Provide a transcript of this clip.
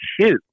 shoot